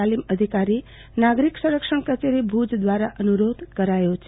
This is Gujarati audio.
તાલીમઅધિકારી નાગરિક સંરક્ષણ કચેરી ભુજ દ્વારા અનુરોધ કરાયો છે